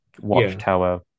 watchtower